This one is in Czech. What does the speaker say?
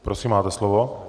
Prosím, máte slovo.